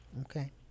Okay